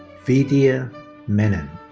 vidya menon.